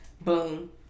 boom